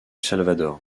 salvador